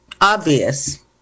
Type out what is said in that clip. obvious